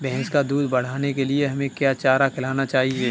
भैंस का दूध बढ़ाने के लिए हमें क्या चारा खिलाना चाहिए?